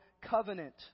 covenant